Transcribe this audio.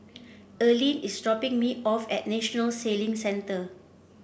Erline is dropping me off at National Sailing Center